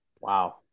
Wow